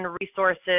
resources